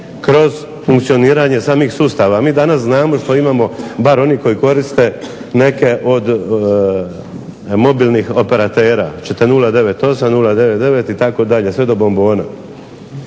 kroz funkcioniranje samih sustava. MI danas znamo što imamo bar onih koji koriste neke od mobilnih operatera, 098, 099 sve do Bon-bon-a.